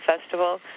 Festival